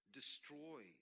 destroy